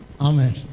Amen